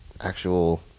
actual